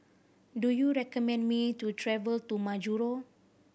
do you recommend me to travel to Majuro